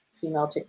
female